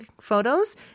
photos